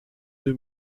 deux